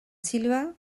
silva